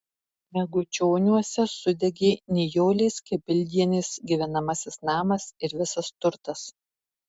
megučioniuose sudegė nijolės kibildienės gyvenamasis namas ir visas turtas